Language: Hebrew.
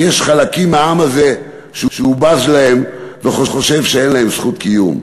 כי יש חלקים מהעם הזה שהוא בז להם וחושב שאין להם זכות קיום.